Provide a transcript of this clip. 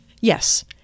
Yes